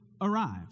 arrived